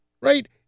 right